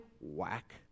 Whack